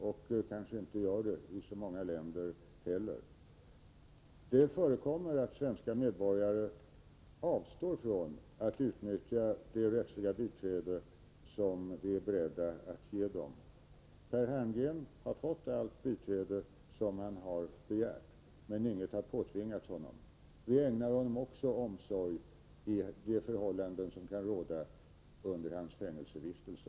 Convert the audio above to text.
Det förekommer att svenska medborgare avstår från att utnyttja det rättsliga bistånd som vi är beredda att ge dem. Per Herngren har fått allt bistånd som han har begärt, men inget har påtvingats honom. Vi ägnar honom också omsorg under hans fängelsevistelse.